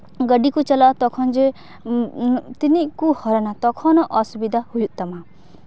ᱜᱟᱹᱰᱤ ᱠᱚ ᱪᱟᱞᱟᱜᱼᱟ ᱛᱚᱠᱷᱚᱱ ᱡᱮ ᱛᱤᱱᱟᱹᱜ ᱠᱚ ᱦᱚᱲᱱᱟ ᱛᱚᱠᱷᱚᱱᱳ ᱚᱥᱩᱵᱤᱫᱷᱟ ᱦᱩᱭᱩᱜ ᱛᱟᱢᱟ